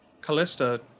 Callista